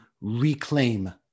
reclaim